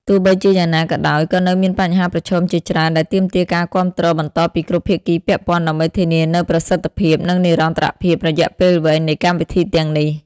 ទោះបីជាយ៉ាងណាក៏ដោយ ក៏នៅមានបញ្ហាប្រឈមជាច្រើនដែលទាមទារការគាំទ្របន្តពីគ្រប់ភាគីពាក់ព័ន្ធ ដើម្បីធានានូវប្រសិទ្ធភាព និងនិរន្តរភាពរយៈពេលវែងនៃកម្មវិធីទាំងនេះ។